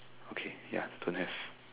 okay ya don't have